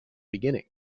beginning